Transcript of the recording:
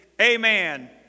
Amen